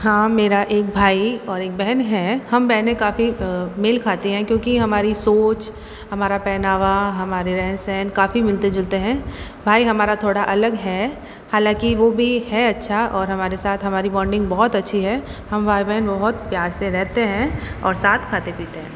हाँ मेरा एक भाई और एक बहन हैं हम बहनें काफ़ी मेल खाते हैं क्योंकि हमारी सोच हमारा पहनावा हमारे रहन सहन काफी मिलते जुलते हैं भाई हमारा थोड़ा अलग है हालांकि वो भी है अच्छा और हमारे साथ हमारी बॉन्डिंग बहुत अच्छी है हम भाई बहन बहुत प्यार से रहते हैं और साथ खाते पीते हैं